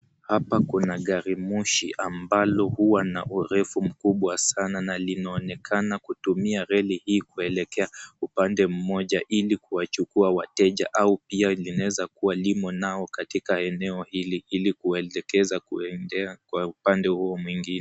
Hapa kuna gari moshi ambalo lina urefu mkubwa sana na linaonekana kutumia reli hii kuelekea upande mmoja ili kuwa hukua wateja au pia linaweza kuwa limo nao katika eneo hili hili kuwarlekeza kuenda kwa upande huo mwingine.